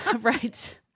right